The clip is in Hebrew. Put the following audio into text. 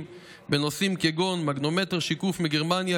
בנושאים כגון מגנומטר שיקוף מגרמניה,